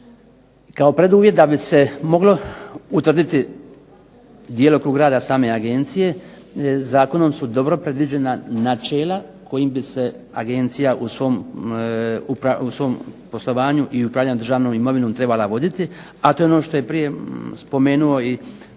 Kao preduvjet da bi se moglo utvrditi djelokrug rada same agencije zakonom su dobro predviđena načela kojim bi se agencija u svom poslovanju i upravljanju državnom imovinom trebala voditi, a to je ono što je prije spomenuo i državni